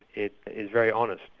it is very honest,